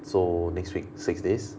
so next week six days